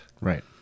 right